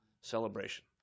celebration